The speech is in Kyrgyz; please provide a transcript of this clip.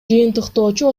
жыйынтыктоочу